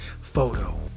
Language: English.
photo